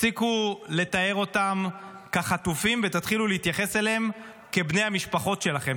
תפסיקו לתאר אותם כחטופים ותתחילו להתייחס אליהם כבני המשפחות שלכם.